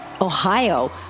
Ohio